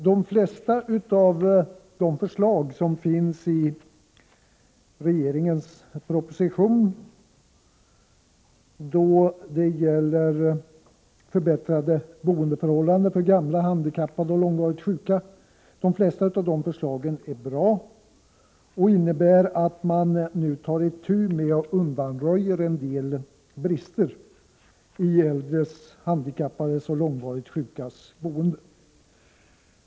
De flesta av förslagen i regeringens proposition — om förbättrade boendeförhållanden för gamla, handikappade och långvarigt sjuka — är bra och innebär att man nu tar itu med och undanröjer en del brister i äldres, handikappades och långvarigt sjukas boende.